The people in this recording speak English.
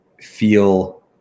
feel